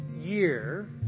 year